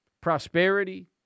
prosperity